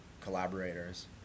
collaborators